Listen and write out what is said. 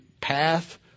path